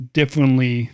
differently